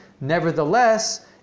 Nevertheless